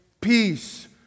peace